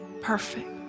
perfect